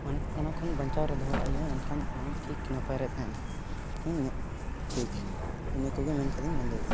ᱢᱟᱱᱮ ᱚᱱᱟ ᱠᱷᱚᱱ ᱵᱟᱧᱪᱟᱣᱨᱮ ᱫᱚᱦᱚ ᱠᱟᱜ ᱦᱩᱭᱩᱜᱼᱟ ᱮᱱᱷᱟᱱ ᱚᱱᱟ ᱴᱷᱤᱠ ᱱᱟᱯᱟᱭᱨᱮ ᱛᱟᱦᱮᱱᱟ ᱤᱧᱟᱜ ᱴᱷᱤᱠ ᱤᱱᱟᱹᱠᱚᱜᱮ ᱢᱮᱱ ᱠᱟᱛᱮᱧ ᱵᱚᱱᱫᱚᱭᱮᱫᱼᱟ